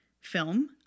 film